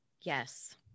Yes